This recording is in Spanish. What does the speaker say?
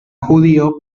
judío